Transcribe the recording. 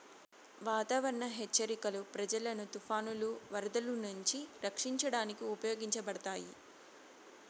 వాతావరణ హెచ్చరికలు ప్రజలను తుఫానులు, వరదలు నుంచి రక్షించడానికి ఉపయోగించబడతాయి